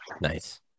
Nice